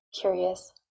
curious